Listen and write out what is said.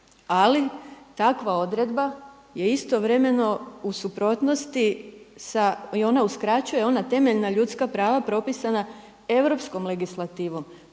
Ali takav odredba je istovremeno u suprotnosti i ona uskraćuje ona temeljna ljudska prava propisana europskom legislativom.